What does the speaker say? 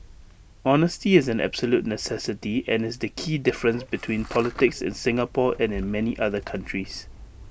honesty is an absolute necessity and is the key difference between politics in Singapore and in many other countries